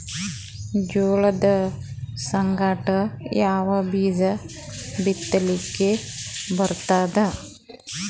ಜೋಳದ ಸಂಗಾಟ ಯಾವ ಬೀಜಾ ಬಿತಲಿಕ್ಕ ಬರ್ತಾದ?